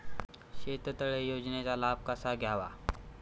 शेततळे योजनेचा लाभ कसा घ्यावा?